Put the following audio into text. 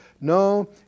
No